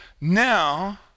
Now